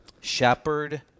shepherd